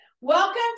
Welcome